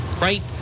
right